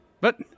But-